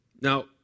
Now